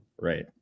Right